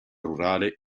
rurale